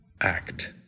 act